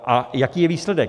A jaký je výsledek?